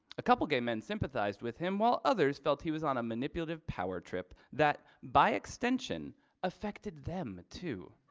a couple gay men sympathized with him while others felt he was on a manipulative power trip that by extension affected them too.